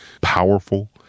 powerful